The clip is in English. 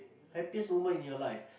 happiest moment in your life